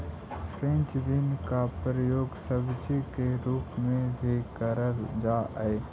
French bean का प्रयोग सब्जी के रूप में भी करल जा हई